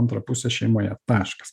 antrą pusę šeimoje taškas